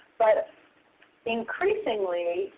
but increasingly,